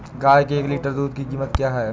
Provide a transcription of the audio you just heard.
गाय के एक लीटर दूध की कीमत क्या है?